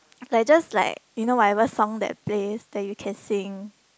like just like you know whatever song that plays then you can sing